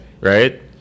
Right